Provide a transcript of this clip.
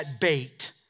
bait